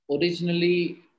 originally